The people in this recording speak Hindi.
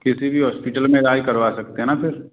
किसी भी हॉस्पिटल में इलाज करवा सकते है ना फिर